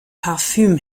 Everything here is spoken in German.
parfüm